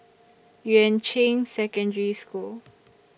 Yuan Ching Secondary School